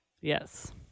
Yes